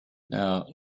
now